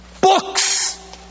Books